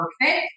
perfect